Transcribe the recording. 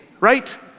right